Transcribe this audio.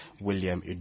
William